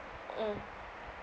mm